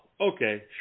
okay